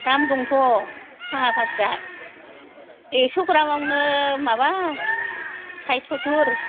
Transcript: दाम दंथ' साहा पातिया एकस' ग्राम आवनो माबा सायथ सत्तुर